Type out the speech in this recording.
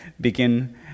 begin